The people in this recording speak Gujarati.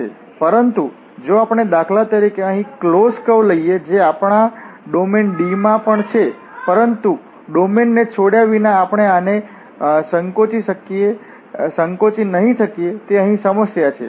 પરંતુ જો આપણે દાખલા તરીકે અહી એક ક્લોસ્ડ કર્વ લઈએ જે આપણા ડોમેન D માં પણ છે પરંતુ ડોમેનને છોડ્યા વિના આપણે આને સંકોચી નહીં શકીએ તે અહીં સમસ્યા છે